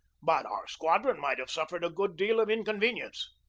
but our squadron might have suffered a good deal of in convenience.